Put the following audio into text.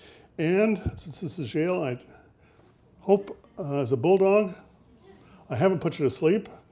and since this is yale, i'd hope as a bulldog i haven't put you to sleep.